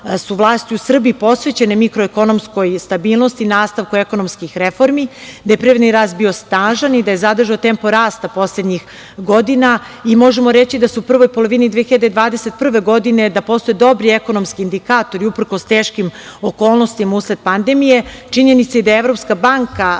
su vlasti u Srbiji posvećene mikroekonomskoj stabilnosti, nastavku ekonomskih reformi, da je privredni rast bio snažan i da je sadržao tempo rasta poslednjih godina. Možemo reći da u prvoj polovini 2021. godine postoje dobri ekonomski indikatori, uprkos teškim okolnostima usled pandemije, činjenici da je Evropska banka